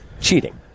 cheating